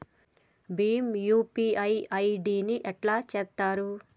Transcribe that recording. Bhim UPI ID ని ఎట్లా చేత్తరు?